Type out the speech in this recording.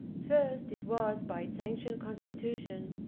first, it was, by its ancient constitution,